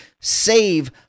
save